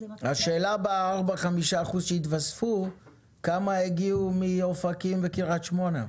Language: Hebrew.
--- השאלה היא כמה מאלה שיתווספו יגיעו מאופקים וקריית שמונה.